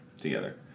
together